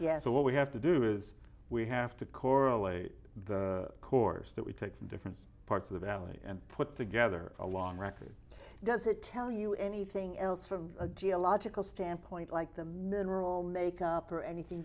yes so what we have to do is we have to correlate the course that we take from different parts of the valley and put together a long record does it tell you anything else from a geological standpoint like the mineral make up or anything